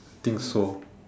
think so